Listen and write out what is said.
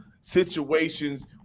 situations